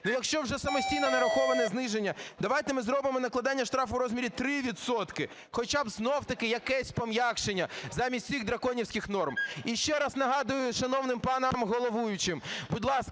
якщо вже самостійно нараховане зниження, давайте ми зробимо накладання штрафу у розмірі 3 відсотки, хоча б знов-таки якесь пом'якшення замість цих драконівських норм. І ще раз нагадую шановним панам головуючим, будь ласка,